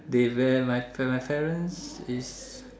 they very like my parents is